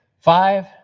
five